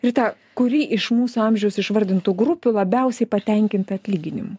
rita kuri iš mūsų amžiaus išvardintų grupių labiausiai patenkinti atlyginimu